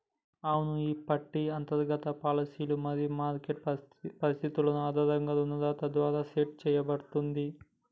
అవును ఈ పట్టి అంతర్గత పాలసీలు మరియు మార్కెట్ పరిస్థితులు ఆధారంగా రుణదాత ద్వారా సెట్ సేయబడుతుంది